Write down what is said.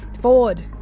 Ford